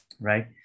Right